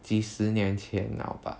几十年前了吧